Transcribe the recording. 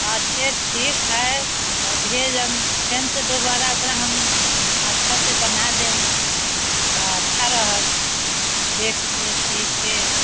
अच्छा ठीक हइ तऽ भेजम फेरसँ दोबारा ओकरा हम अच्छासँ बना देम तऽ अच्छा रहत देखिकऽ सी कऽ